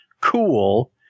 cool